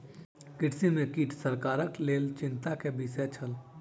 कृषि में कीट सरकारक लेल चिंता के विषय छल